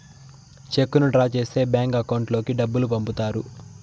చెక్కును డ్రా చేస్తే bank account లోకి డబ్బులు పంపుతారు